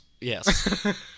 Yes